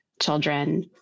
children